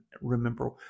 remember